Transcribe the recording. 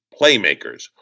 playmakers